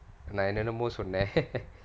நா என்னனமோ சொன்னேன்:naa ennanammo sonnaen